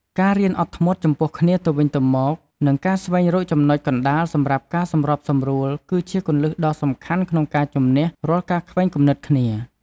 ការរៀនអត់ធ្មត់ចំពោះគ្នាទៅវិញទៅមក និងការស្វែងរកចំណុចកណ្តាលសម្រាប់ការសម្របសម្រួល គឺជាគន្លឹះដ៏សំខាន់ក្នុងការជម្នះរាល់ការខ្វែងគំនិតគ្នា។